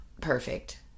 perfect